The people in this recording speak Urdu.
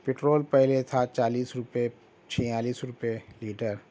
پٹرول پہلے تھا چالیس روپے چھیالیس روپے لیٹر